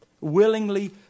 Willingly